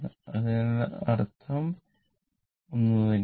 അതിനാൽ അർത്ഥം ഒന്നുതന്നെയാണ്